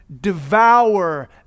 Devour